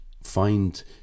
find